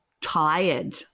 tired